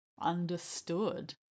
Understood